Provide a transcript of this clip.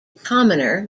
commoner